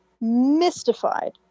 mystified